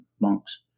monks